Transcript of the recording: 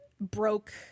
broke